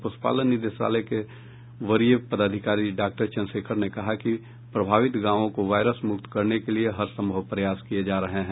पशुपालन निदेशालय के वरीय पदाधिकारी डॉक्टर चन्द्रशेखर ने कहा कि प्रभावित गांवों को वायरस मुक्त करने के लिए हर संभव प्रयास किये जा रहे हैं